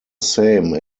same